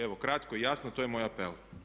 Evo, kratko i jasno to je moj apel.